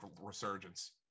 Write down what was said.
resurgence